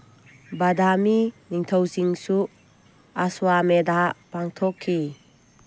ꯕꯗꯥꯃꯤ ꯅꯤꯡꯊꯧꯁꯤꯡꯁꯨ ꯑꯁꯋꯥꯃꯦꯙꯥ ꯄꯥꯡꯊꯣꯛꯈꯤ